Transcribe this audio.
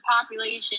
population